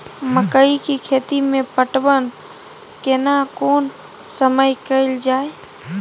मकई के खेती मे पटवन केना कोन समय कैल जाय?